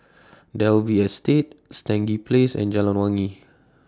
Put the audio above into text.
Dalvey Estate Stangee Place and Jalan Wangi